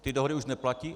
Ty dohody už neplatí?